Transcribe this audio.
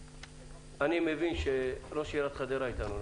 אני מבין שראש עיריית חדרה אתנו.